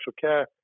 care